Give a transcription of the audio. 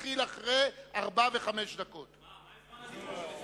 אחרי 16:05. מה עם זמן הדיבור שלי?